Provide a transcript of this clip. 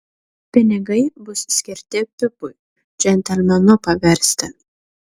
pinigai bus skirti pipui džentelmenu paversti